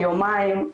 יומיים,